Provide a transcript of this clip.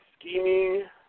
scheming